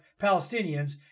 Palestinians